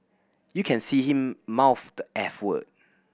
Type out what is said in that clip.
you can see him mouth the eff word